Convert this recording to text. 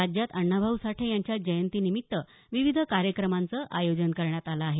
राज्यात अण्णाभाऊ साठे यांच्या जयंतीनिमित्त विविध कार्यक्रमांचं आयोजन करण्यात आलं आहे